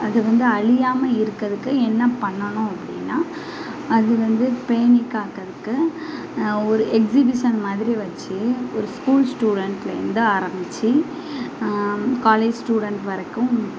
அது வந்து அழியாம இருக்குறதுக்கு என்ன பண்ணணும் அப்படின்னா அது வந்து பேணிகாக்கறதுக்கு ஒரு எக்ஸிபிஷன் மாதிரி வச்சு ஒரு ஸ்கூல் ஸ்டூடெண்ட்லேருந்து ஆரம்பிச்சு காலேஜ் ஸ்டூடெண்ட் வரைக்கும்